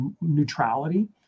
neutrality